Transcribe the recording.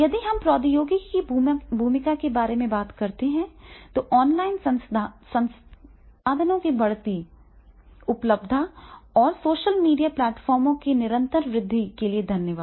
अगर हम प्रौद्योगिकी की भूमिका के बारे में बात करते हैं तो ऑनलाइन संसाधनों की बढ़ती उपलब्धता और सोशल मीडिया प्लेटफार्मों की निरंतर वृद्धि के लिए धन्यवाद